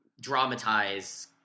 dramatize